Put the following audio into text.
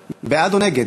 לספורט,